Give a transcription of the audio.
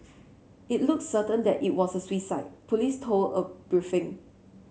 it looks certain that it was a suicide police told a briefing